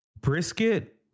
brisket